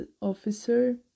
officer